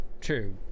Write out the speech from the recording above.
true